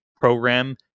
program